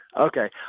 Okay